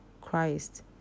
Christ